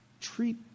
treat